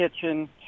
kitchen